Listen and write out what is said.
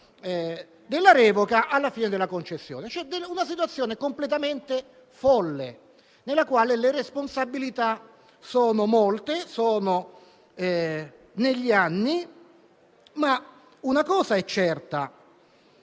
della revoca fino alla fine della concessione. Una situazione completamente folle, della quale le responsabilità sono molte e sono diluite negli anni, ma una cosa è certa: